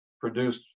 produced